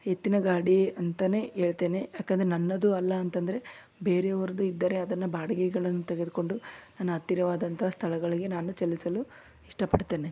ಎತ್ತಿನ ಗಾಡಿ ಅಂತಾನೆ ಹೇಳ್ತೇನೆ ಯಾಕಂದರೆ ನನ್ನದು ಅಲ್ಲ ಅಂತಂದರೆ ಬೇರೆಯವ್ರ್ದು ಇದ್ದರೆ ಅದನ್ನು ಬಾಡಿಗೆಗಳನ್ನು ತೆಗೆದುಕೊಂಡು ನನ್ನ ಹತ್ತಿರವಾದಂಥ ಸ್ಥಳಗಳಿಗೆ ನಾನು ಚಲಿಸಲು ಇಷ್ಟಪಡ್ತೇನೆ